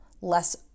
less